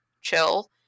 chill